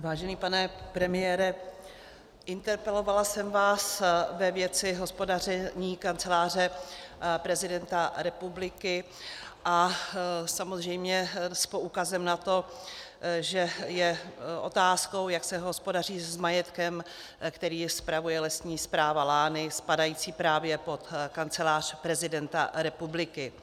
Vážený pane premiére, interpelovala jsem vás ve věci hospodaření Kanceláře prezidenta republiky a samozřejmě s poukazem na to, že je otázkou, jak se hospodaří s majetkem, který spravuje Lesní správa Lány spadající právě pod Kancelář prezidenta republiky.